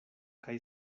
kaj